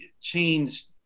changed